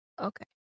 Okay